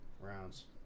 Rounds